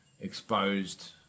exposed